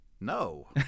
No